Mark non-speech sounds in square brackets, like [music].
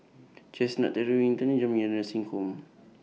Chestnut [unintelligible] Jamiyah Nursing Home